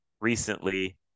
recently